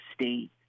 state